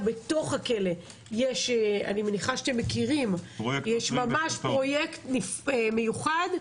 בתוך הכלא יש ממש פרויקט מיוחד,